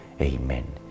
Amen